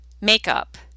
makeup